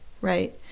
Right